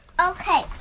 Okay